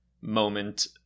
moment